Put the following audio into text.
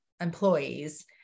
employees